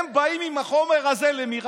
הם באים עם החומר הזה, למי?